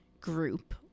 group